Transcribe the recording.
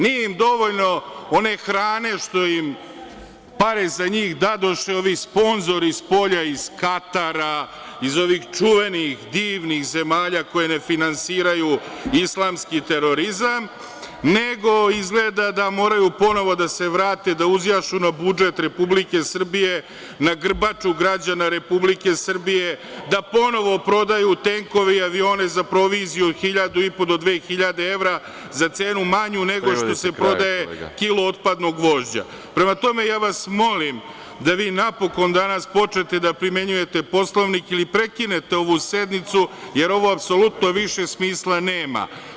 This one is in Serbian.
Nije im dovoljno one hrane što im pare za njih dadoše ovi sponzori spolja, iz Katara, iz ovih čuvenih divnih zemalja, koje ne finansiraju islamski terorizam, nego izgleda da moraju ponovo da se vrate, da uzjašu na budžet Republike Srbije, na grbaču građana Republike Srbije, da ponovo prodaju tenkove i avione za proviziju od hiljadu i po do dve hiljade evra, za cenu manju nego što se prodaje kilo otpadnog gvožđa. (Predsedavajući: Privedite kraju, kolega.) Prema tome, ja vas molim da vi napokon danas počnete da primenjujete Poslovnik ili prekinete ovu sednicu, jer ovo apsolutno više smisla nema.